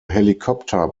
helicopter